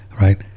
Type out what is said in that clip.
right